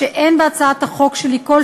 הצעת החוק לעיגון מעמד בתי-המשפט